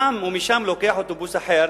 ומשם הוא לוקח אוטובוס אחר